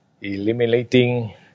eliminating